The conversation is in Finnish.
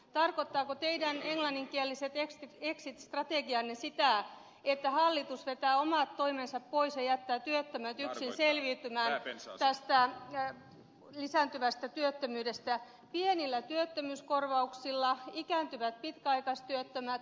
tarkoittavatko teidän englanninkieliset exit strategianne sitä että hallitus vetää omat toimensa pois ja jättää työttömät yksin selviytymään tästä lisääntyvästä työttömyydestä pienillä työttömyyskorvauksilla olevat ikääntyvät pitkäaikaistyöttömät ja nuorisotyöttömyys lisääntyy